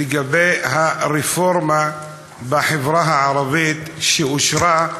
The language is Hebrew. לגבי הרפורמה בחברה הערבית, שאושרה,